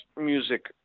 music